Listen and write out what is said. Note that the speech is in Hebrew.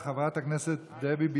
חברת הכנסת דבי ביטון.